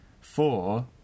Four